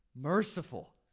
merciful